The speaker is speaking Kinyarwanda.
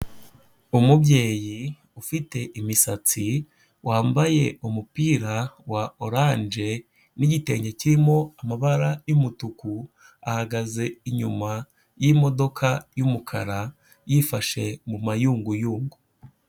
Umubyeyi ufite imisatsi wambaye umupira wa orange n'igitenge kirimo amabara y'umutuku, ahagaze inyuma y'imodoka y'umukara, yifashe mu mayunguyugu.